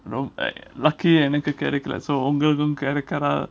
r~ uh lucky எனக்கு கிடைக்கல:enaku kedaikala so உங்களுக்கு கிடைக்கலாம்:ungaluku kedaikalam